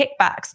kickbacks